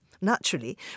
naturally